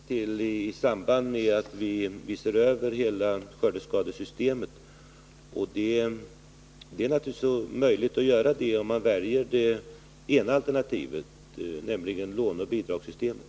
Herr talman! Den frågan kommer jag att ta ställning till i samband med att vi ser över hela skördeskadeskyddssystemet. Det är naturligtvis möjligt att lösa den frågan om man väljer det ena alternativet, nämligen låneoch bidragssystemet.